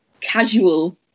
casual